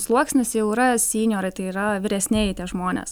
sluoksnis jau yra syniorai tai yra vyresnieji tie žmonės